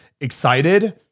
excited